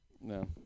No